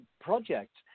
projects